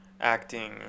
acting